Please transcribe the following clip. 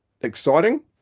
exciting